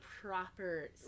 proper